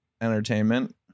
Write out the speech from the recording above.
entertainment